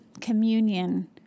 communion